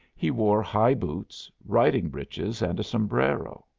he wore high boots, riding breeches, and a sombrero.